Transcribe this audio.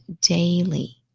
daily